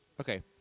Okay